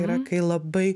yra kai labai